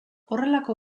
horrelako